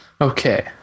Okay